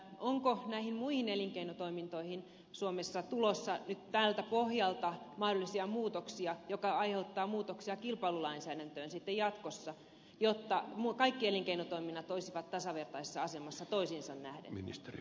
onko näihin muihin elinkeinotoimintoihin suomessa tulossa nyt tältä pohjalta mahdollisia muutoksia jotka aiheuttavat muutoksia kilpailulainsäädäntöön sitten jatkossa jotta kaikki elinkeinotoiminnat olisivat tasavertaisessa asemassa toisiinsa nähden